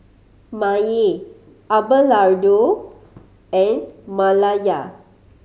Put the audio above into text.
Maye Abelardo and Malaya